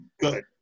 good